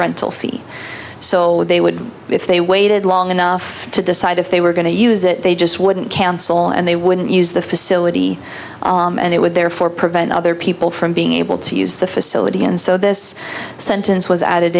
rental fee so they would if they waited long enough to decide if they were going to use it they just wouldn't cancel and they wouldn't use the facility and it would therefore prevent other people from being able to use the facility and so this sentence was added